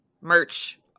merch